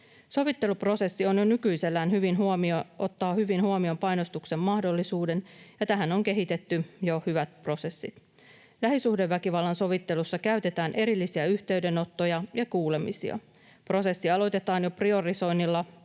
nykyisellään ottaa hyvin huomioon painostuksen mahdollisuuden, ja tähän on jo kehitetty hyvät prosessit. Lähisuhdeväkivallan sovittelussa käytetään erillisiä yhteydenottoja ja kuulemisia. Prosessi aloitetaan jo priorisoinnilla